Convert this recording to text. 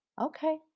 Okay